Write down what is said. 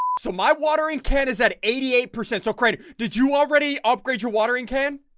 so my watering ten is at eighty eight percent so credit. did you already upgrade your watering pen?